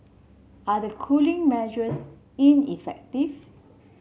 are the cooling measures ineffective